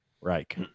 Reich